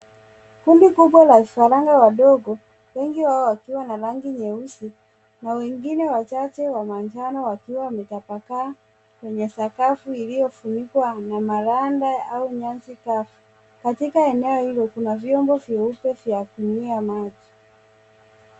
Kundi kubwa la vifaranga wadogo wengi wakiwa na rangi nyeusi na wengine wachache wa manja no wakiwa wametapakaa kwenye sakafu iliyokuwa na maranda au nyasi kavu. Katika eneo hilo kuna vyombo vyeupe vya kunywea maji.